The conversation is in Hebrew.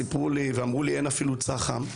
סיפרו לי ואמרו לי אין אפילו צח"ם,